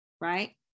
right